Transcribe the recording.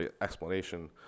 explanation